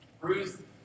Ruth